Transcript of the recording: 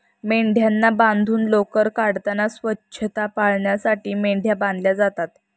मेंढ्यांना बांधून लोकर काढताना स्वच्छता पाळण्यासाठी मेंढ्या बांधल्या जातात